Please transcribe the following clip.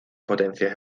potencias